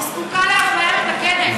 זה, היא זקוקה לאפליה מתקנת.